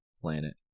planet